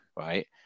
right